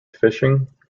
fishing